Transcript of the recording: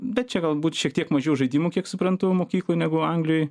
bet čia galbūt šiek tiek mažiau žaidimų kiek suprantu mokykloj negu anglijoj